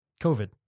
COVID